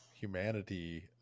humanity